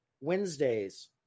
Wednesdays